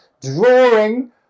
drawing